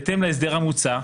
בהתאם להסדר המוצע,